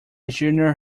junior